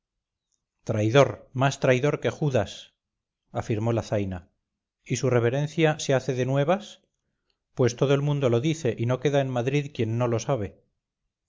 traidor más traidor que judas afirmó la zaina y su reverencia se hace de nuevas pues todo el mundo lo dice y no queda en madrid quien no lo sabe